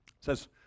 says